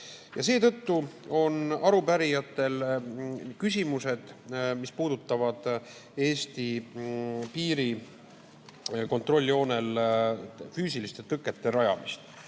ära. Seetõttu on arupärijatel küsimused, mis puudutavad Eesti piiri kontrolljoonel füüsiliste tõkete rajamist.